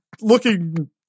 looking